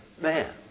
Man